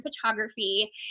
photography